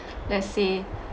let's say